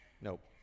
Nope